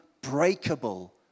breakable